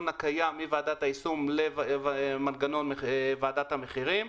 הקיים מוועדת היישום למנגנון ועדת המחירים.